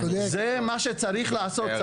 זה מה שצריך לעשות.